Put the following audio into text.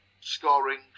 scoring